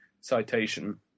citation